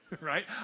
Right